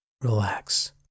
relax